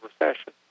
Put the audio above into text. recession